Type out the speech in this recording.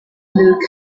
looked